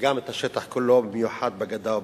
וגם את השטח כולו, במיוחד בגדה וברצועה.